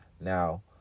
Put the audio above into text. now